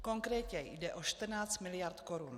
Konkrétně jde o 14 mld. korun.